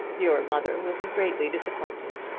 your mother will be greatly disappointed.